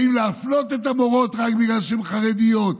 האם להפלות את המורות רק בגלל שהן חרדיות,